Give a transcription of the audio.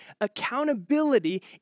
accountability